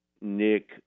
nick